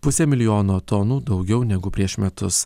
pusę milijono tonų daugiau negu prieš metus